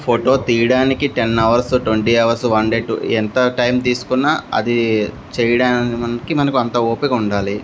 photo తీయడానికి ten hours twenty hours one day two ఎంత time తీసుకున్నా అది చేయడానికి మనకు అంత ఓపిక ఉండాలి